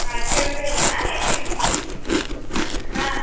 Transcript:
हां ठेव ठेव ना येते मी हां